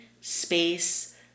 space